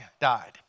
died